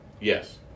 Yes